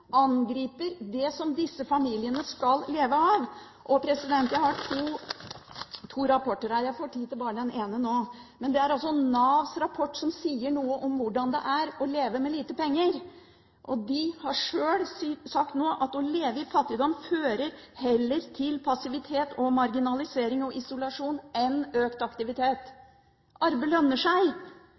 angriper det som disse familiene skal leve av. Jeg har to rapporter her; jeg får tid til bare den ene nå. Det er Navs rapport, som sier noe om hvordan det er å leve med lite penger. I den står det: «Å leve i fattigdom fører heller til passivitet, marginalisering og isolasjon enn til økt aktivitet.» Arbeid lønner seg.